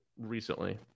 recently